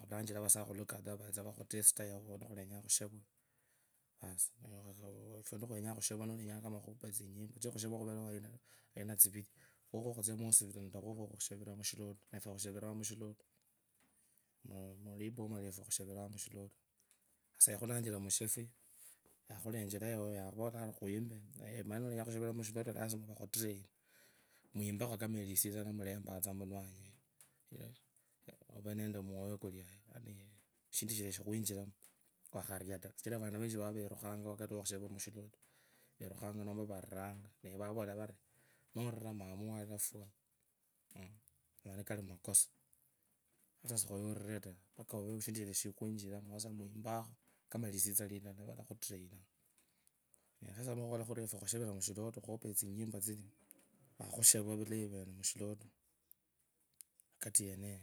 Vakhulanjira vasakhulu kadhaa vetsio vakhutestee nuleywa khushavwa sichira khushavwa khuwo siyina tsiviri khuwo khokhushovirwa mwosipito nendee mushilotwaa mulipoma wefu khushavirwaa mushilotwaa yakhulachira mushafi yakhuvorera ari khulenjere yao khumbee nolenyaa khwishavira mushilotwa lazima vakhoturaine wimbekho kama lisitsa lilala wakharia taa kachira vantu vanyinji verukhanga nomba variranga navakhuvorera vari norira mama wuwo awafwa moni kari makasi efwe khasharirwa mushilotwa khopaa tsinyimbu tsilia vulayi vwenee wakati weneo